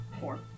four